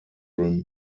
removed